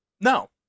No